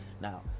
Now